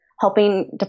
helping